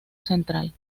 central